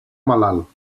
malalt